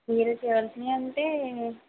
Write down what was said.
మీరు చెయ్యాల్సినవి అంటే